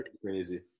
crazy